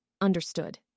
Understood